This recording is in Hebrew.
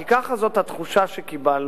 כי זאת התחושה שקיבלנו,